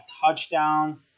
touchdown